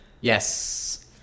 yes